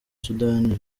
sudani